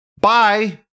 Bye